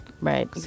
Right